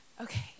Okay